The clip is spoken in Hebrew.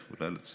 היא יכולה לצאת.